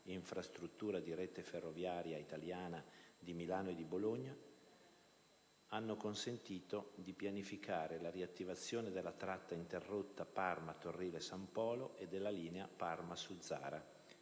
infrastruttura di Rete ferroviaria italiana di Milano e di Bologna, hanno consentito di pianificare la riattivazione delle tratta interrotta Parma-Torrile San Polo, e della linea Parma-Suzzara,